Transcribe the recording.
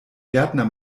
gärtner